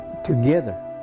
Together